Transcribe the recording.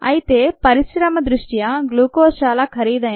అయితే పరిశ్రమ దృష్ట్యా గ్లూకోజ్ చాలా ఖరీదైనది